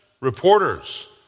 reporters